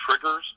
triggers